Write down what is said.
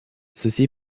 ceci